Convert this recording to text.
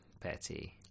Petty